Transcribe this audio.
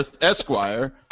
Esquire